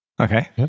Okay